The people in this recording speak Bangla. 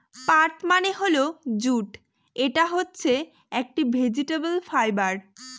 পাট মানে হল জুট এটা হচ্ছে একটি ভেজিটেবল ফাইবার